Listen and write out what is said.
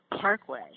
parkway